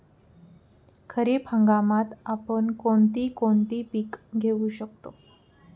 खरीप हंगामात आपण कोणती कोणती पीक घेऊ शकतो?